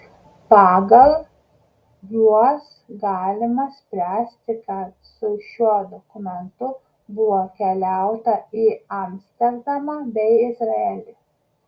pagal juos galima spręsti kad su šiuo dokumentu buvo keliauta į amsterdamą bei izraelį